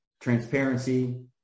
transparency